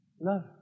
love